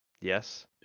Yes